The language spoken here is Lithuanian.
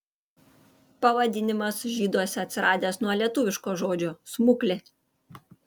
pavadinimas žyduose atsiradęs nuo lietuviško žodžio smuklė